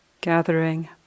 gathering